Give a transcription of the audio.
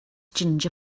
ginger